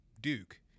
duke